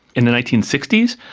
in the nineteen sixty s,